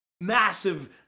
massive